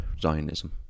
zionism